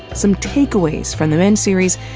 some takeaways from the men series,